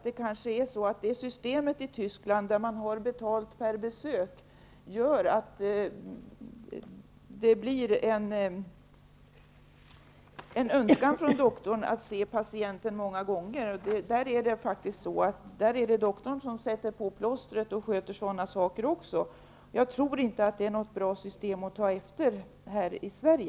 Men jag tror att systemet i Tyskland, där man har betalt per besök, gör att doktorn får en önskan att se patienten många gånger. Läkaren sätter där t.ex. på plåster och sköter andra sådana saker. Jag tror inte att det är ett system som det är bra att ta efter här i Sverige.